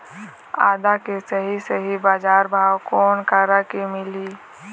आदा के सही सही बजार भाव कोन करा से मिलही?